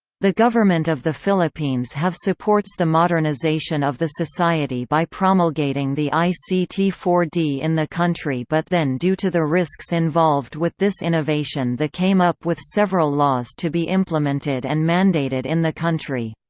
the government of the philippines have supports the modernization of the society by promulgating the i c t four d in the country but then due to the risks involved with this innovation the came up with several laws to be implemented and mandated in the country.